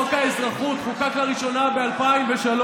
חוק האזרחות חוקק לראשונה ב-2003,